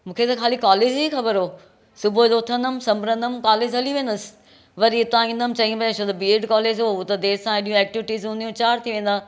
मूंखे त ख़ाली कॉलेज जी ख़बर उहो सुबुह जो उथंदमि संभरंदमि कॉलेज हली वेंदसि वरी हितां ईंदमि चईं वजे छो त बीऐड कॉलेज हुओ उहा त देर सां एॾियूं ऐक्टिवीटीस हूंदियूं आहिनि चारि थी वेंदा